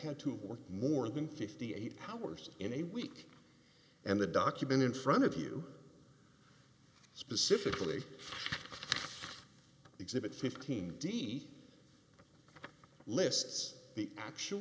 had to work more than fifty eight hours in a week and the document in front of you specifically exhibit fifteen d lists the actual